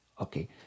okay